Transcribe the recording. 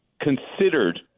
considered